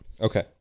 Okay